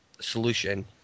solution